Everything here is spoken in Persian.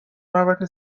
محوطه